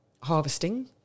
harvesting